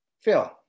Phil